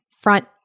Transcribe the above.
front